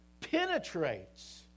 penetrates